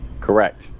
Correct